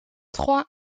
trois